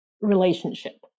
relationship